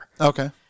Okay